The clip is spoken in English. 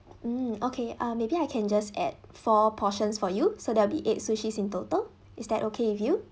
mm okay uh maybe I can just add four portions for you so that will be eight sushi in total is that okay with you